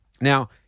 Now